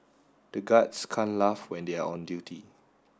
the guards can't laugh when they are on duty